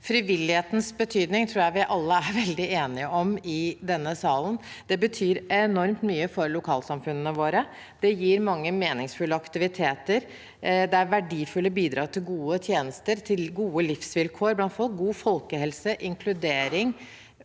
Frivillighetens betydning tror jeg vi alle er veldig enige om i denne salen. Det betyr enormt mye for lokalsamfunnene våre, det gir mange meningsfulle aktiviteter, det er verdifulle bidrag til gode tjenester, gode livsvilkår blant folk, god folkehelse og inkludering,